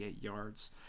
yards